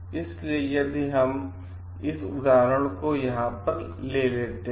इसलिए यदि हम उस उदाहरण को यहाँ पर लेते हैं